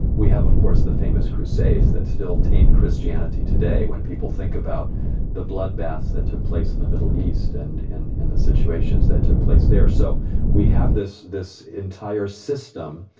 we have, of course, the famous crusades that still taint christianity today, when people think about the bloodbath that took place in the middle east and, and the situations that took place there. so we have this, this entire system,